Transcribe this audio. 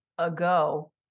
ago